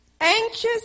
anxious